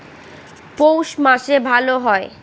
পৌষ মাসে ভালো হয়?